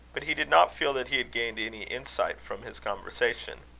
but he did not feel that he had gained any insight from his conversation.